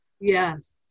Yes